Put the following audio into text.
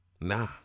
Nah